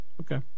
Okay